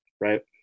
right